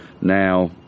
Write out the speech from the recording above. now